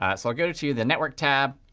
ah so i'll go to to the network tab.